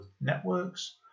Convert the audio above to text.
networks